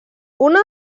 una